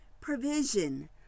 provision